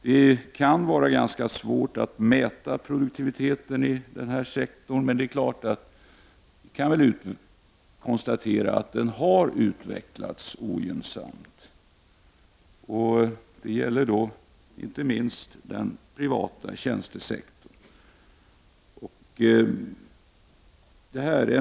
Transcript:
Det kan vara ganska svårt att mäta produktiviteten i denna sektor, men man kan ändå konstatera att produktiviteten har utvecklats ogynnsamt, inte minst när det gäller den privata tjänstesektorn.